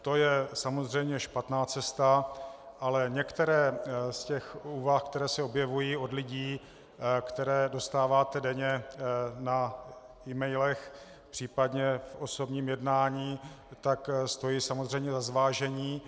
To je samozřejmě špatná cesta, ale některé z úvah, které se objevují od lidí, které dostáváte denně na emailech, případně v osobním jednání, stojí samozřejmě za zvážení.